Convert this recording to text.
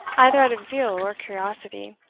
either out of zeal or curiosity,